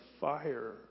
fire